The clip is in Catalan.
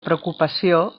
preocupació